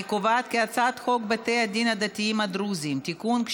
אני קובעת כי הצעת חוק בתי הדין הדתיים הדרוזיים (תיקון,